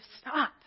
stop